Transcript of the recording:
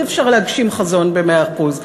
אי-אפשר להגשים חזון במאה אחוז,